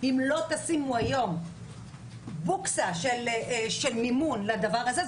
אם לא תשימו היום בוקסה של מימון לדבר הזה,